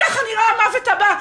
ככה נראה המוות הבא.